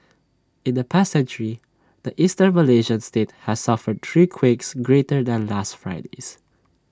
in the past century the Eastern Malaysian state has suffered three quakes greater than last Friday's